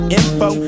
info